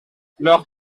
leur